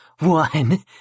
One